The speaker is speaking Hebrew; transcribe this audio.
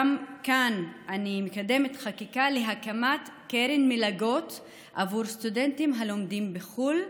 גם כאן אני מקדמת חקיקה להקמת קרן מלגות בעבור סטודנטים הלומדים בחו"ל,